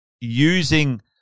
using